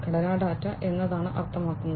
ഘടന ഡാറ്റ എന്താണ് അർത്ഥമാക്കുന്നത്